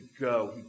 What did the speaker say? go